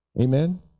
Amen